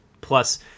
Plus